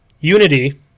Unity